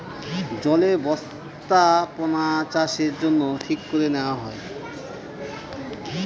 জলে বস্থাপনাচাষের জন্য ঠিক করে নেওয়া হয়